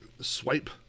swipe